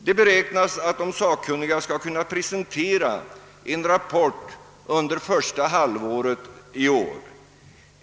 Det beräknas att de sakkunniga skall kunna presentera en rapport under första halvåret i år.